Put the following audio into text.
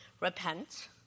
repent